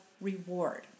reward